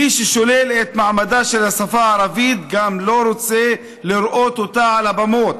מי ששולל את מעמדה של השפה הערבית גם לא רוצה לראות אותה על הבמות.